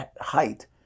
height